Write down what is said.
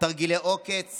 תרגילי עוקץ